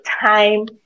time